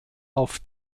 auf